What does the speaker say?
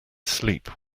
sleep